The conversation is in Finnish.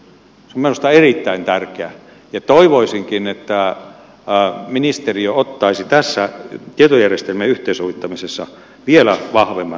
se on minusta erittäin tärkeää ja toivoisinkin että ministeriö ottaisi tässä tietojärjestelmien yhteensovittamisessa vielä vahvemman roolin